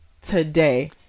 today